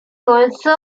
also